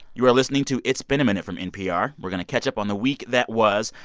you are listening to it's been a minute from npr. we're going to catch up on the week that was.